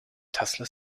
tulsa